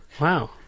Wow